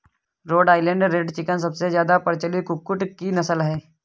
road Island Red chicken सबसे ज्यादा प्रचलित कुक्कुट की नस्ल है